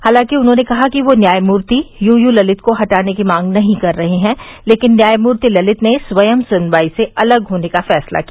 हालांकि उन्होंने कहा कि वे न्यायमूर्ति यूयू ललित को हटाने की मांग नहीं कर रहे हैं लेकिन न्यायमूर्ति ललित ने स्वयं सुनवाई से अलग होने का फैसला किया